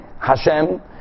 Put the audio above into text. Hashem